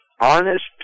honest